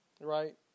right